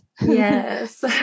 Yes